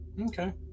Okay